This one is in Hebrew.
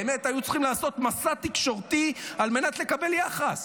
באמת היו צריכים לעשות מסע תקשורתי על מנת לקבל יחס.